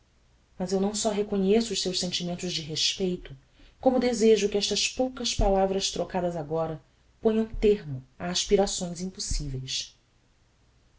mas eu não só reconheço os seus sentimentos de respeito como desejo que estas poucas palavras trocadas agora ponham termo a aspirações impossiveis